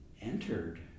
entered